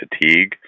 fatigue